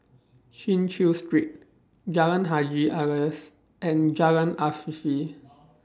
Chin Chew Street Jalan Haji Alias and Jalan Afifi